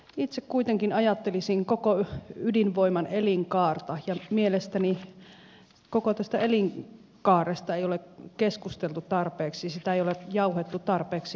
itse kuitenkin ajattelisin koko ydinvoiman elinkaarta ja mielestäni koko tästä elinkaaresta ei ole keskusteltu tarpeeksi sitä ei ole jauhettu tarpeeksi hienoksi